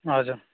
हजुर